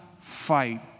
fight